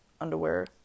underwear